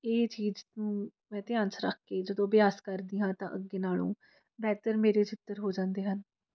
ਇਹ ਚੀਜ਼ ਨੂੰ ਮੈਂ ਧਿਆਨ 'ਚ ਰੱਖ ਕੇ ਜਦੋਂ ਅਭਿਆਸ ਕਰਦੀ ਹਾਂ ਤਾਂ ਅੱਗੇ ਨਾਲੋਂ ਬਿਹਤਰ ਮੇਰੇ ਚਿੱਤਰ ਹੋ ਜਾਂਦੇ ਹਨ